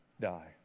die